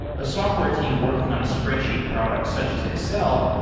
a software team working on a spreadsheet product, such as excel,